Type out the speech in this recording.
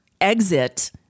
exit